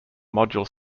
module